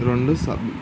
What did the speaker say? రెండు స